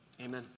Amen